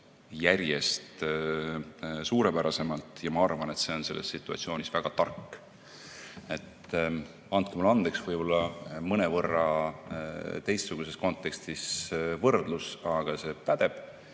järjest suurepärasemalt. Ma arvan, et see on selles situatsioonis väga tark. Andke mulle andeks võib-olla mõnevõrra teistsuguses kontekstis võrdlus, aga see pädeb.